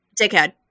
Dickhead